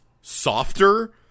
softer